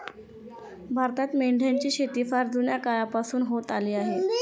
भारतात मेंढ्यांची शेती फार जुन्या काळापासून होत आली आहे